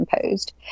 imposed